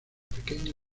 pequeño